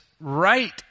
right